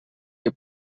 que